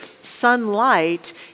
sunlight